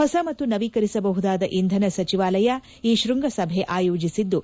ಹೊಸ ಮತ್ತು ನವೀಕರಿಸಬಹುದಾದ ಇಂಧನ ಸಚಿವಾಲಯ ಈ ಶ್ವಂಗಸಭೆ ಆಯೋಜಿಸಿದ್ದು